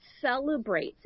celebrates